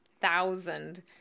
thousand